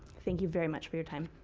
thank you very much for your time.